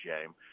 shame